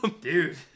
Dude